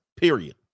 Period